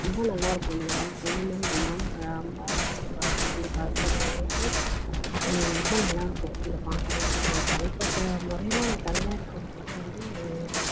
ரொம்ப நல்லாயிருக்கும் அந்த மாதிரி அதுக்கு தகுந்த மாதிரி அந்த மேம் அம்மா நடிச்சிருப்பாங்க அந்த பசங்க எல்லாமே ரொம்ப நல்லாயிருக்கும் அந்த பாட்டுலாம் நான் தனிப்பட்ட முறையில நான் தனியாக இருக்கும் அப்போது வந்து